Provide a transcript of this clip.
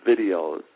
videos